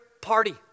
party